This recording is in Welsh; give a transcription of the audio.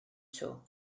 eto